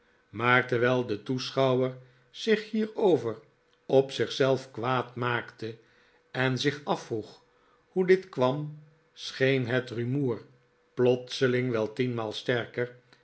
maar terwijl de toeschouwer zich hierover op zich zelf kwaad maakte en zich afvroeg hoe dit kwam scheen het rumoer plotseling wel tienmaal stferker